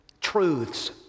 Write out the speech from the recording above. truths